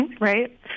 Right